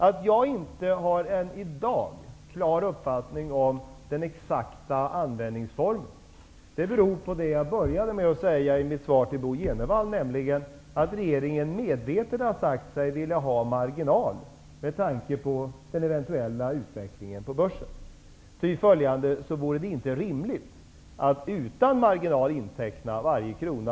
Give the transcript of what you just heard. Att jag i dag inte har en klar uppfattning om den exakta användningsformen, beror på det jag började med att säga i mitt svar till Bo G Jenevall, nämligen att regeringen medvetet har sagt sig vilja ha marginal med tanke på den eventuella utvecklingen på börsen. Ty följande vore det inte rimligt att utan marginal inteckna varje krona.